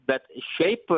bet šiaip